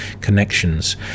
connections